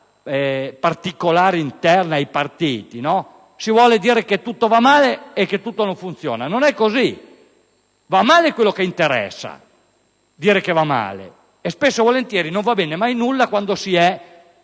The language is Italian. particolare interna ai partiti, si suole dire che tutto va male e che tutto non funziona. Non è così! Va male quello che interessa dire che va male! E spesso e volentieri, quando si è